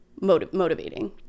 motivating